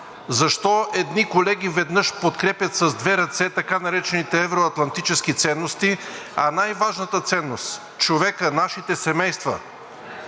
Защо едни колеги веднъж подкрепят с две ръце така наречените евро-атлантически ценности, а най-важната ценност – човека, нашите семейства,